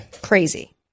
crazy